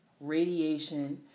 radiation